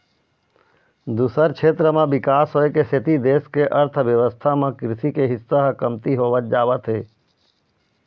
दूसर छेत्र म बिकास होए के सेती देश के अर्थबेवस्था म कृषि के हिस्सा ह कमती होवत जावत हे